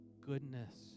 goodness